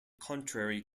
contrary